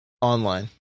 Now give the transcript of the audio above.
online